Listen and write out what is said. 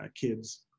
kids